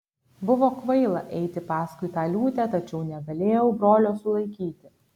buvo kvaila eiti paskui tą liūtę tačiau negalėjau brolio sulaikyti